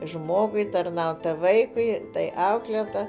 žmogui tarnauta vaikui tai auklėta